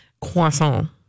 Croissant